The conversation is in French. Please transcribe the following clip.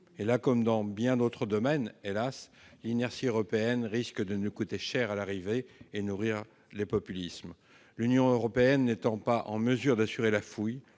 Là comme dans bien d'autres domaines, hélas, l'inertie européenne risque de nous coûter cher à l'arrivée et de nourrir les populismes, l'Union européenne n'étant pas en mesure d'assurer la fouille,